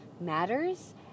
matters